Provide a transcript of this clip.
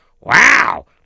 Wow